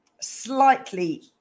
slightly